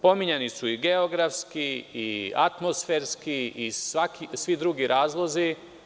Pominjani su i geografski i atmosferski i svi drugi razlozi.